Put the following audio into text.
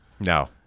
No